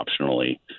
optionally